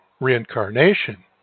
reincarnation